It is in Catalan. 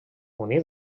unit